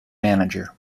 manager